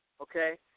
Okay